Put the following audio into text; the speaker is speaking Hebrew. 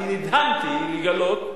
אני נדהמתי לגלות,